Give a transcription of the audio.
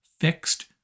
fixed